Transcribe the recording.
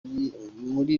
muri